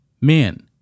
Men